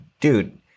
dude